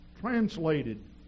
translated